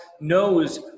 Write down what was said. knows